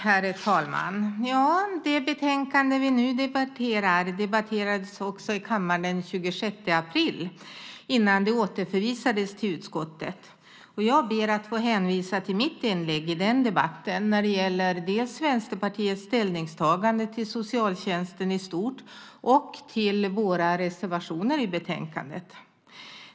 Herr talman! Det betänkande vi nu debatterar debatterades också i kammaren den 26 april, innan det återförvisades till utskottet. Jag ber att få hänvisa till mitt inlägg i den debatten när det gäller dels Vänsterpartiets ställningstagande till socialtjänsten i stort, dels till våra reservationer i betänkandet.